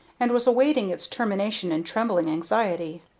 and was awaiting its termination in trembling anxiety.